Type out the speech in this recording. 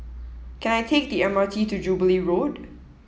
can I take the M R T to Jubilee Road